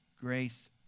grace